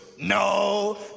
No